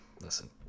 Listen